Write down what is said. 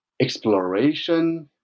exploration